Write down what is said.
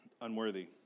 Unworthy